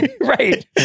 right